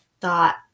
thought